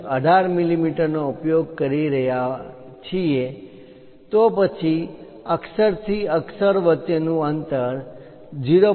18 millimetre નો ઉપયોગ કરી રહ્યા છીએ તો પછી અક્ષર થી અક્ષર વચ્ચેનું અંતર 0